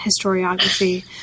historiography